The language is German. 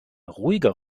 ruhiger